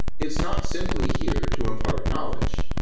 it's not simply here to impart knowledge.